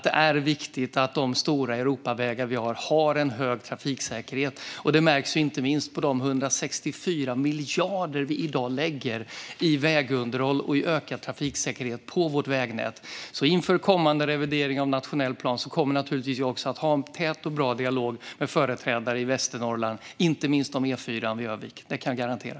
Det är viktigt att de stora europavägarna har en hög trafiksäkerhet. Det märks inte minst på de 164 miljarder som vi i dag lägger på vägunderhåll och ökad trafiksäkerhet på vårt vägnät. Inför kommande revidering av nationell plan kommer jag naturligtvis också att ha en tät och bra dialog med företrädare för Västernorrland, inte minst om E4:an vid Ö-vik. Det kan jag garantera.